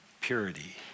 purity